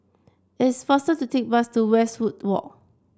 it's faster to take the bus to Westwood Walk